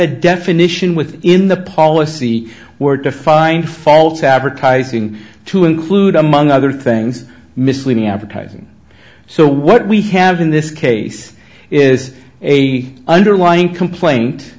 a definition within the policy were to find false advertising to include among other things misleading advertising so what we have in this case is a underlying complaint